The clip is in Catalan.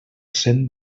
cent